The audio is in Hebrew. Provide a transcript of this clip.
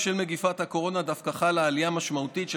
בשל מגפת הקורונה דווקא חלה עלייה משמעותית של